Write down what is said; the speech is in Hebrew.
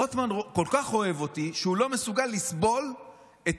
רוטמן כל כך אוהב אותי שהוא לא מסוגל לסבול את